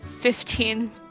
fifteen